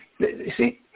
See